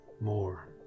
More